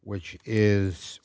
which is